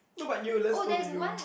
no but you lets go to you